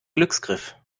glücksgriff